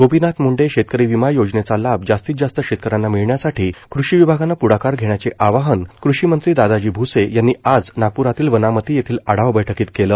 गोपिनाथ मुंडे शेतकरी विमा योजनेचा लाभ जास्तीत जास्त शेतकऱ्यांना मिळण्यासाठी कृषी विभागानं प्ढाकार घेण्याचं आवाहन कृषी मंत्री दादाजी भूसे यांनी आज नागप्रातील वनामती येथील आढावा बैठकीत केलं